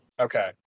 Okay